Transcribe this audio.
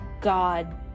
God